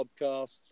podcasts